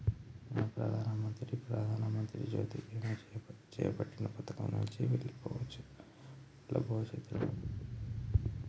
మనం ప్రధానమంత్రి ప్రధానమంత్రి జ్యోతి బీమా చేయబడిన పథకం నుండి వెళ్లిపోవచ్చు మల్ల భవిష్యత్తులో మళ్లీ చేరవచ్చు